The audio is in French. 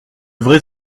vrais